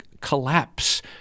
collapse